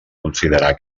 considerar